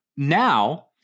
Now